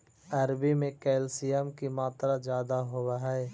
अरबी में कैल्शियम की मात्रा ज्यादा होवअ हई